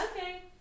Okay